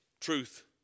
truth